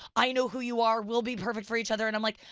i know who you are, we'll be perfect for each other, and i'm like,